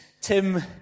Tim